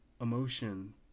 emotion